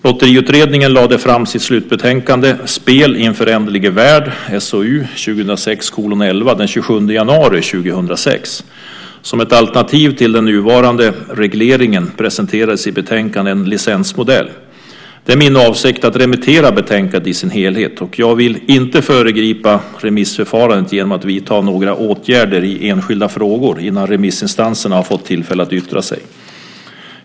Lotteriutredningen lade fram sitt slutbetänkande Spel i en föränderlig vä rld den 27 januari 2006. Som ett alternativ till den nuvarande regleringen presenteras i betänkandet en licensmodell. Det är min avsikt att remittera betänkandet i sin helhet, och jag vill inte föregripa remissförfarandet genom att vidta några åtgärder i enskilda frågor innan remissinstanserna har fått tillfälle att yttra sig.